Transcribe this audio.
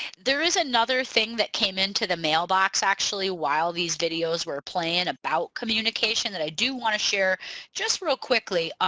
there is another thing that came into the mailbox actually while these videos were playing about communication that i do want to share just real quickly